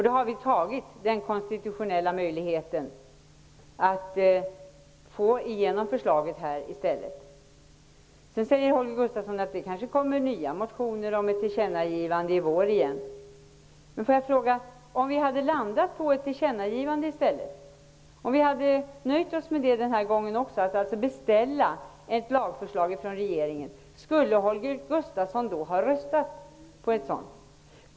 Då har vi utnyttjat den konstitutionella möjlighet som finns för att få igenom förslaget i riksdagen. Holger Gustafsson säger att det kanske hade väckts nya motioner under våren om ett tillkännagivande. Om vi hade kommmit fram till ett tillkännagivande i stället och nöjt oss med att beställa ett lagförslag från regeringen, skulle Holger Gustafsson ha röstat för det?